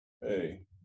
Hey